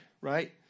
right